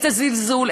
את הזלזול,